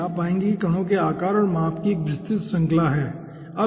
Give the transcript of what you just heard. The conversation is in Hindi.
आप पाएंगे कि कणों के आकार और माप की एक विस्तृत श्रृंखला है ठीक है